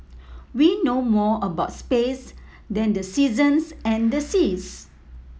we know more about space than the seasons and the seas